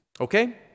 okay